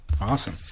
Awesome